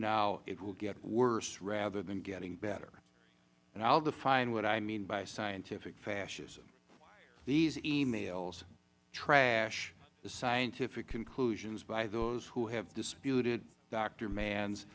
now it will get worse rather than getting better and i will define what i mean by scientific fascism these e mails trash the scientific conclusions by those who have disputed doctor mann's